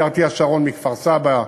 BRT השרון מכפר-סבא,